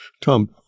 Tom